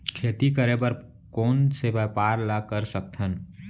खेती करे बर कोन से व्यापार ला कर सकथन?